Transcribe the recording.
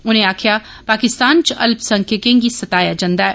उनें आक्खेआ पाकिस्तान च अल्पसंख्यकें गी सताया जंदा ऐ